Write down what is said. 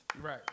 Right